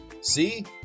See